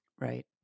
Right